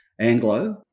Anglo